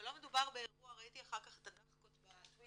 אבל לא מדובר באירוע ראיתי אחר כך את ה"דחקות" בטוויטר